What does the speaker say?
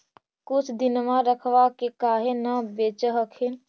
कुछ दिनमा रखबा के काहे न बेच हखिन?